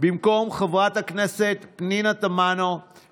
במקום חברת הכנסת אורית פרקש הכהן,